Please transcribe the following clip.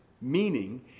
meaning